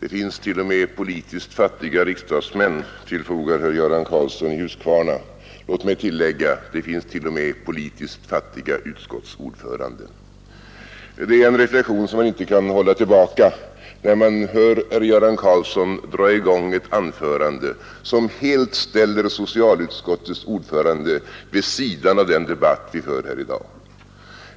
Det finns t.o.m. politiskt fattiga riksdagsmän, tillfogar herr Göran Karlsson i Huskvarna. Låt mig tillägga: Det finns t.o.m. politiskt fattiga utskottsordförande. Det är en reflexion som man inte kan hålla tillbaka, när man hör herr Göran Karlsson dra i gång ett anförande som helt ställer socialutskottets ordförande vid sidan av den debatt som vi för här i dag.